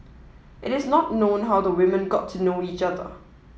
it is not known how the women got to know each other